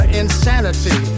insanity